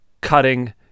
cutting